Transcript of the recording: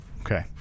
Okay